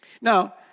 Now